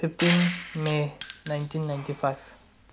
fifteen may nineteen ninety five